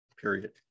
period